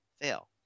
fail